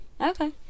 okay